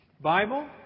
Bible